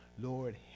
Lord